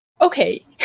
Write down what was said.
okay